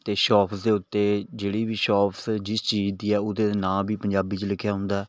ਅਤੇ ਸ਼ੋਪਸ ਦੇ ਉੱਤੇ ਜਿਹੜੀ ਵੀ ਸ਼ੋਪਸ ਜਿਸ ਚੀਜ਼ ਦੀ ਆ ਉਹਦੇ ਨਾਂ ਵੀ ਪੰਜਾਬੀ 'ਚ ਲਿਖਿਆ ਹੁੰਦਾ